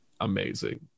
amazing